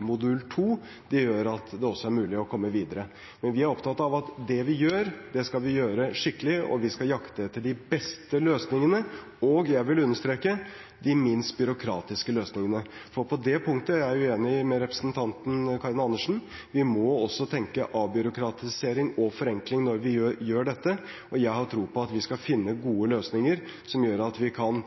modul 2, gjør at det er mulig å komme videre. Men vi er opptatt av at det vi gjør, skal vi gjøre skikkelig. Vi skal jakte på de beste løsningene og – jeg vil understreke – de minst byråkratiske løsningene, for på det punktet er jeg uenig med representanten Karin Andersen. Vi må også tenke avbyråkratisering og forenkling når vi gjør dette. Jeg har tro på at vi skal finne gode løsninger som gjør at vi kan